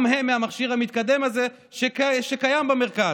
גם הם מהמכשיר המתקדם הזה, שקיים במרכז.